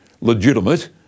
legitimate